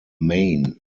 maine